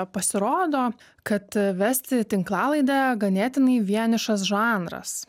pasirodo kad vesti tinklalaidę ganėtinai vienišas žanras